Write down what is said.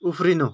उफ्रिनु